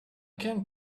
can